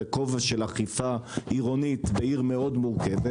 בכובע של אכיפה עירונית בעיר מאוד מורכבת